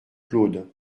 claude